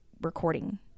recording